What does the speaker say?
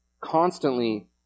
constantly